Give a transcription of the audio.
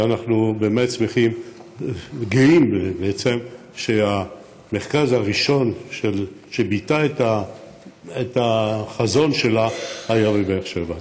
ואנחנו באמת גאים שהמרכז הראשון שביטא את החזון שלה היה בבאר שבע.